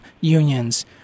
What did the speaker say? unions